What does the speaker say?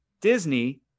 Disney